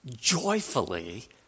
joyfully